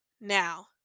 Now